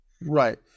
right